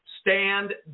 stand